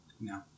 No